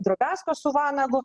drobesko su vanagu